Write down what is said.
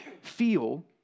feel